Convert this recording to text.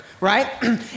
right